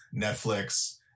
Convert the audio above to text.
netflix